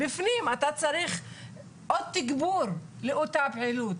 בפנים אתה צריך עוד תיגבור לאותה הפעילות.